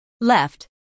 left